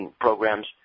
programs